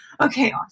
Okay